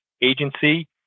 agency